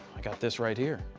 i got this right here.